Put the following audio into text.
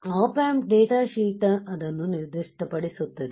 app amp data sheet ಅದನ್ನು ನಿರ್ದಿಷ್ಟಪಡಿಸುತ್ತದೆ